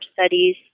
Studies